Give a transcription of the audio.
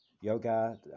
yoga